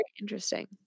interesting